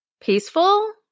peaceful